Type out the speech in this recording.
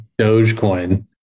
Dogecoin